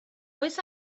oes